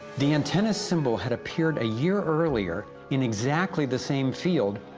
the antenna symbol had appeared a year earlier, in exactly the same field,